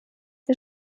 wir